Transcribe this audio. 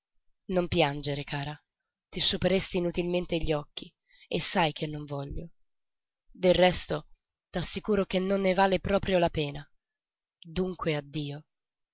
non piangere cara ti sciuperesti inutilmente gli occhi e sai che non voglio del resto t'assicuro che non ne vale proprio la pena dunque addio